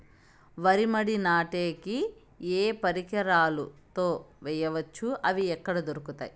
వరి మడి నాటే కి ఏ పరికరాలు తో వేయవచ్చును అవి ఎక్కడ దొరుకుతుంది?